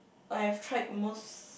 I've tried most